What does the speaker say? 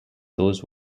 those